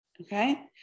Okay